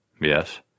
Yes